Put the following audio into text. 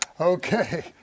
Okay